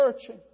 searching